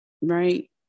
Right